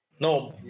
No